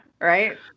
Right